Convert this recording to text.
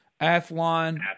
Athlon